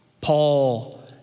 Paul